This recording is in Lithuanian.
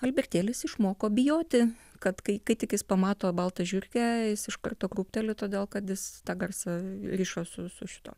albertėlis išmoko bijoti kad kai kai tik jis pamato baltą žiurkę jis iš karto krūpteli todėl kad jis tą garsą rišo su šituo